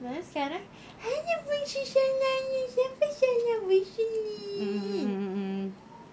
sekarang !alah! busuk sayang siapa sayang busuk ni